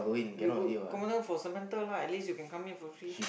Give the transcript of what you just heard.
you book come on down for Samantha right at least you can come here for free